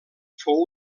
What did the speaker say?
fou